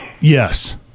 Yes